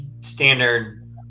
standard